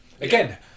Again